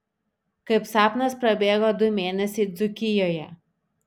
kaip sapnas prabėgo du mėnesiai dzūkijoje